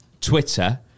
Twitter